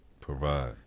provide